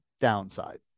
downside